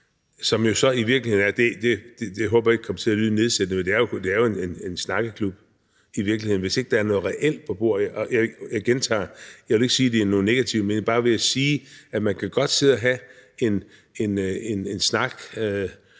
er jo så i virkeligheden – og det håber jeg ikke kommer til at lyde nedsættende – en snakkeklub, hvis ikke der er noget reelt på bordet. Så jeg gentager: Jeg vil ikke sige, at det er noget negativt. Men jeg vil bare sige, at man godt kan have en snak